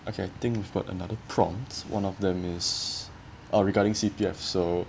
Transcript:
okay I think we've got another prompt one of them is uh regarding C_P_F so